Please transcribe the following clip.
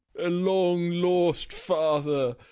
a long-lost father.